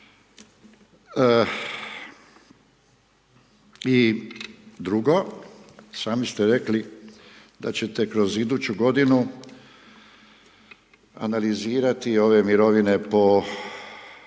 I drugo, sami ste rekli da ćete kroz iduću godinu analizirati ove mirovine po